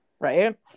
right